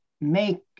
make